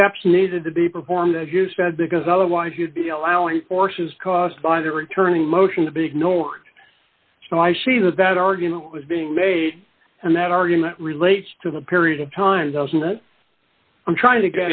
steps needed to be performed as you said because otherwise you'd be allowing forces caused by the returning motion to be ignored so i see that that argument was being made and that argument relates to the period of time doesn't it i'm trying to